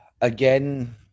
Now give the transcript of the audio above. Again